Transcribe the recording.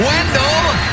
Wendell